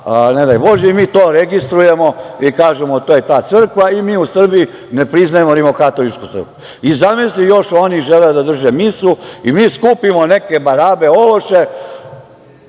ne daj Bože, i mi to registrujemo i kažemo - to je ta crkva i mi u Srbiji ne priznajemo Rimokatoličku crkvu i zamislite da oni još žele da drže misu i mi skupimo neke barabe, ološe